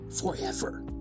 forever